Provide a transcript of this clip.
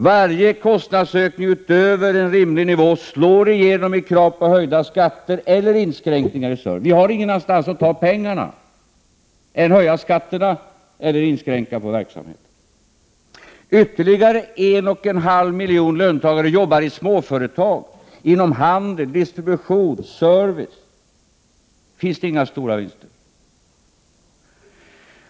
Varje kostnadsökning utöver en rimlig nivå slår igenom i krav på höjda skatter eller inskränkningar av servicen. Vi har inget annat sätt att ta pengarna på än att höja skatten eller inskränka på verksamheten. Ytterligare en och en halv miljon löntagare jobbar i småföretag inom handel, distribution och service. Där finns det inga stora vinster.